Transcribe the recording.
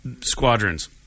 Squadrons